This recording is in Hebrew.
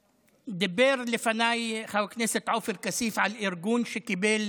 דיבר לפניי חבר הכנסת עופר כסיף על ארגון שקיבל